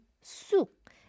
soup